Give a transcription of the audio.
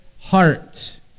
heart